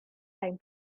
time